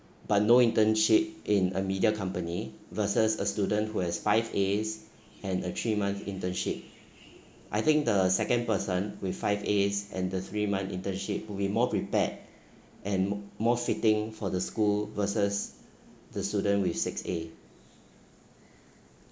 but no internship in a media company versus a student who has five A's and a three month internship I think the second person with five A's and the three month internship will be more prepared and more fitting for the school versus the students with six A